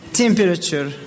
temperature